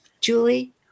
Julie